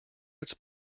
its